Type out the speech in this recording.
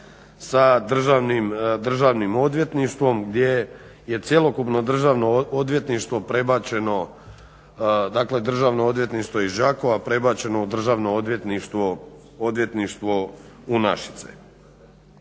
sa državnim odvjetništvom gdje je cjelokupno Državno odvjetništvo prebačeno dakle Državno odvjetništvo iz Đakova prebačeno u Državno odvjetništvo u Našice.